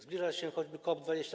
Zbliża się choćby COP24.